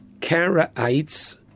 Karaites